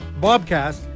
bobcast